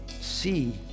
see